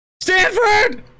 Stanford